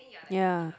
ya